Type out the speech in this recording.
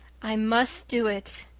i must do it.